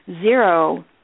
zero